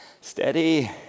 Steady